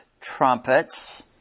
trumpets